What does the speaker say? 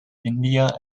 india